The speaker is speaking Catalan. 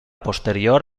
posterior